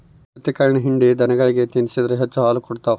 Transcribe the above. ಹತ್ತಿಕಾಳಿನ ಹಿಂಡಿ ದನಗಳಿಗೆ ತಿನ್ನಿಸಿದ್ರ ಹೆಚ್ಚು ಹಾಲು ಕೊಡ್ತಾವ